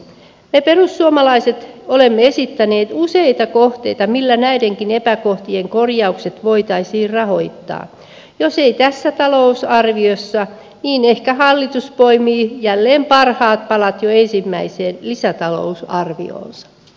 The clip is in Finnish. me perussuomalaiset olemme esittäneet useita kohteita millä näidenkin epäkohtien korjaukset voitaisiin rahoittaa jos ei tässä talousarviossa niin ehkä hallitus poimii jälleen parhaat palat jo ensimmäiseen lisätalousarvioonsa